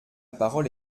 parole